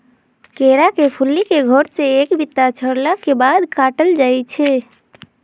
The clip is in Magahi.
केरा के फुल्ली के घौर से एक बित्ता छोरला के बाद काटल जाइ छै